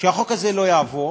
שהחוק הזה לא יעבור,